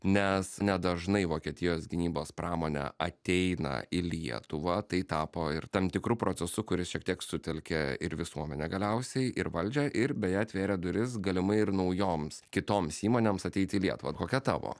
nes nedažnai vokietijos gynybos pramone ateina į lietuvą tai tapo ir tam tikru procesu kuris šiek tiek sutelkė ir visuomenę galiausiai ir valdžią ir beje atvėrė duris galimai ir naujoms kitoms įmonėms ateit į lietuvą kokia tavo